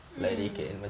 mm